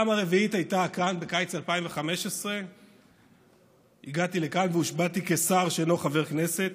הפעם הרביעית כאן הייתה בקיץ 2015. הגעתי לכאן והושבעתי כשר שאינו חבר כנסת.